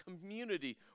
community